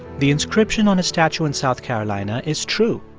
the inscription on a statue in south carolina is true.